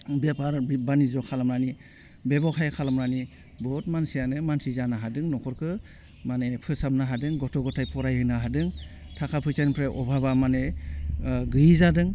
बेफार बानिज्य खालामनानि बेब'खाय खालामनानै बुहुत मानसियानो मानसि जानो हादों नख'रखौ माने फोसाबनो हादों गथ' गथाय फरायहोनो हादों थाखा फैसानिफ्राय अभाबा माने गैयै जादों